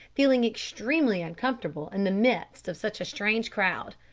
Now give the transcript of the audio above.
feeling extremely uncomfortable in the midst of such a strange crowd,